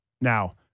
Now